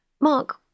Mark